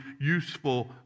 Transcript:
useful